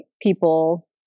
people